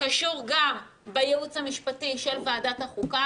קשור גם בייעוץ המשפטי של ועדת החוקה.